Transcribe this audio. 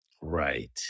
Right